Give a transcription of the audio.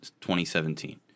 2017